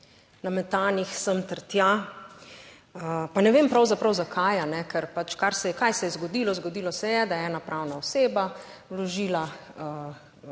nametanih sem ter tja, pa ne vem pravzaprav zakaj, ker pač, kar se je, kaj se je zgodilo, zgodilo se je, da je ena pravna oseba vložila presojo